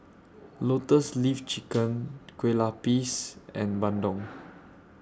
Lotus Leaf Chicken Kue Lupis and Bandung